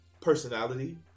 personality